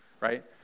right